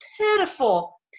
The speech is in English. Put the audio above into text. pitiful